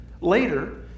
later